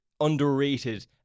Underrated